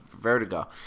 Vertigo